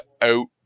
out